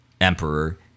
emperor